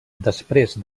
després